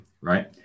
right